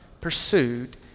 pursued